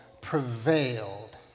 prevailed